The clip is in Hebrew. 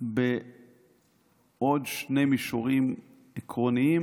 בעוד שני מישורים עקרוניים,